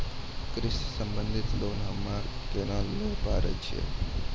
कृषि संबंधित लोन हम्मय केना लिये पारे छियै?